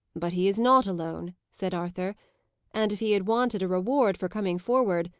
but he is not alone, said arthur and, if he had wanted a reward for coming forward,